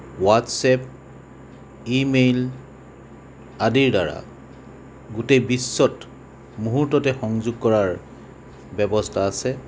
WhatsApp email আদিৰ দ্বাৰা গোটেই বিশ্বত মুহূৰ্ততে সংযোগ কৰাৰ ব্যৱস্থা আছে